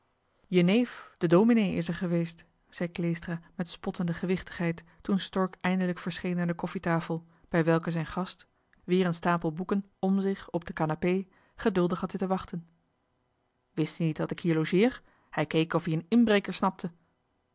de neef de dominee is er geweest zei kleestra met spottende gewichtigheid toen stork eindelijk verscheen aan de koffietafel bij welke zijn gast weer een stapel boeken om zich op de kanapee geduldig had zitten wachten wist ie niet dat ik hier logeer hij keek of ie en inbreker snapte